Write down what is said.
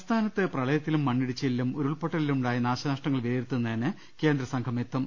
സംസ്ഥാനത്ത് പ്രളയത്തിലും മണ്ണിടിച്ചിലിലും ഉരുൾപൊട്ടലിലു മുണ്ടായ നാശനഷ്ടങ്ങൾ വിലയിരുത്തുന്നതിന് കേന്ദ്ര സംഘം എത്തും